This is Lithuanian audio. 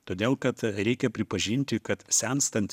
todėl kad reikia pripažinti kad senstant